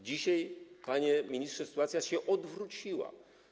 Dzisiaj, panie ministrze, sytuacja się odwróciła.